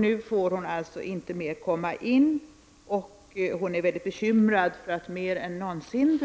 Nu får hon alltså inte mer komma hit, och hon är mycket bekymrad. Mer än någonsin